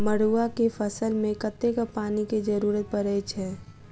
मड़ुआ केँ फसल मे कतेक पानि केँ जरूरत परै छैय?